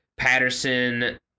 Patterson